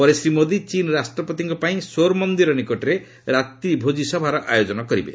ପରେ ଶ୍ରୀ ମୋଦି ଚୀନ୍ ରାଷ୍ଟ୍ରପତିଙ୍କ ପାଇଁ ସୋର୍ ମନ୍ଦିର ନିକଟରେ ରାତ୍ରିଭୋଜି ସଭାର ଆୟୋଜନ କରିବେ